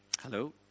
Hello